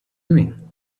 doing